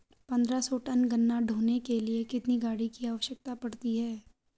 पन्द्रह सौ टन गन्ना ढोने के लिए कितनी गाड़ी की आवश्यकता पड़ती है?